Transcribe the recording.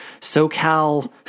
SoCal